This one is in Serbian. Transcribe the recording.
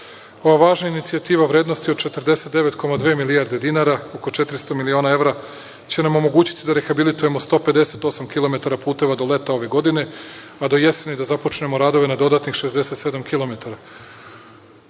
važna inicijativa vrednosti od 49,2 milijarde dinara, oko 400 miliona evra će nam omogućiti da rehabilitujemo 158 kilometara puteva do leta ove godine, pa do jeseni da započnemo radove na dodatnih 67 kilometara. Tokom